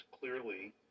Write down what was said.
clearly